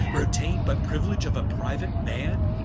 retaine but priuiledge of a priuate man?